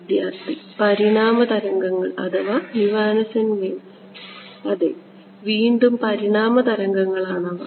വിദ്യാർത്ഥി പരിണാമ തരംഗങ്ങൾ അതെ വീണ്ടും പരിണാമ തരംഗങ്ങൾ ആണ് അവ